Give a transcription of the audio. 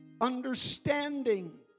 Understanding